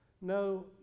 no